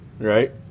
Right